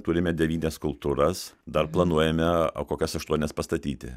turime devynias skulptūras dar planuojame o kokias aštuonias pastatyti